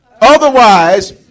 Otherwise